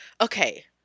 okay